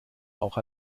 auch